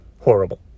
Horrible